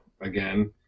again